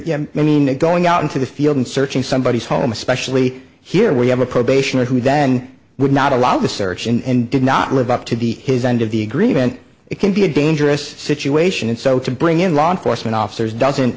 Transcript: sister i mean going out into the field and searching somebody's home especially here we have a probationer who then would not allow the search and did not live up to the his end of the agreement it can be a dangerous situation and so to bring in law enforcement officers doesn't